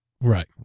Right